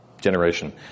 generation